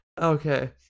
Okay